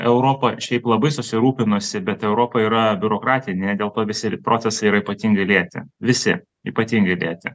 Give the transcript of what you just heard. europa šiaip labai susirūpinusi bet europoj yra biurokratija ne dėl to visi procesai yra ypatingai lėti visi ypatingai dėti